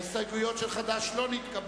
אני קובע שההסתייגות של סיעת חד"ש לא נתקבלה.